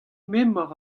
memor